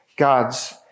God's